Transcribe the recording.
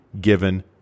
given